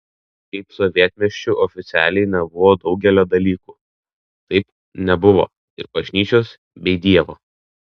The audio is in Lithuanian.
kaip sovietmečiu oficialiai nebuvo daugelio dalykų taip nebuvo ir bažnyčios bei dievo